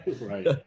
right